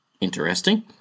Interesting